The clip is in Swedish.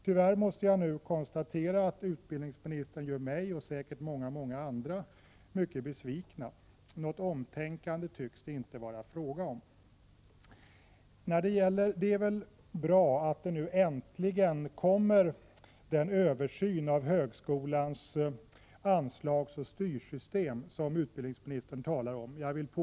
Tyvärr måste jag nu konstatera att utbildningsministern gör mig, och säkert många andra, mycket besvikna. Något omtänkande tycks det inte vara fråga om. Det är bra att den översyn av högskolans anslagsoch styrsystem som utbildningsministern talar om, nu äntligen kommer till stånd.